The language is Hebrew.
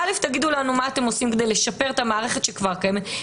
תגידו לנו מה אתם עושים כדי לשפר את המערכת שכבר קיימת,